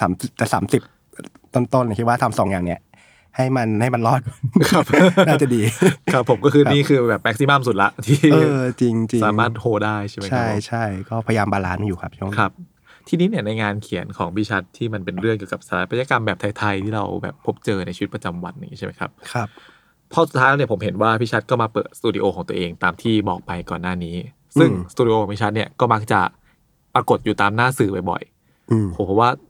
30- แต่ 30 ต้นๆเนี่ยคิดว่าทำสองอย่างเนี่ยให้มัน- ให้มันรอดครับน่าจะดีครับ ผมก็คือครับนี่คือแบบ maximum สุดละที่เออ จริงๆสามารถโฮได้ใช่ไหมครับผม?ใช่- ใช่ ก็พยายามบาลานซ์อยู่ครับช่วงนี้ครับ ทีนี้เนี่ยในงานเขียนของพี่ชัดที่มันเป็นเรื่องเกี่ยวกับสถาปัตยกรรมแบบไทยๆที่เราแบบพบเจอในชีวิตประจำวันอย่างงี้ใช่ไหมครับ?ครับพอสุดท้ายแล้วเนี่ยผมเห็นว่าพี่ชัดก็มาเปิดสตูดิโอของตัวเองตามที่บอกไปก่อนหน้านี้ ซึ่งอืมสตูดิโอของพี่ชัดเนี่ยก็มักจะปรากฏอยู่ตามหน้าสื่อบ่อยๆอืมโห เพราะว่า